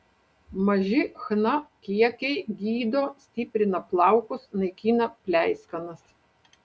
maži chna kiekiai gydo stiprina plaukus naikina pleiskanas